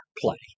play